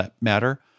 Matter